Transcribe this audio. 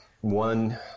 one